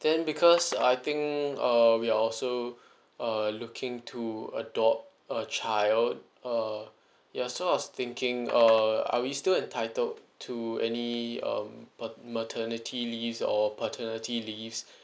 then because I think uh we're also uh looking to adopt a child uh yeah so I was thinking uh are we still entitled to any um pat~ maternity leaves or paternity leaves